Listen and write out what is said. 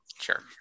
sure